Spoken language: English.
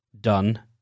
done